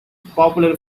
popular